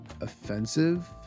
offensive